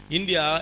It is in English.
India